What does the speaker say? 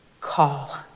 call